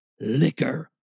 liquor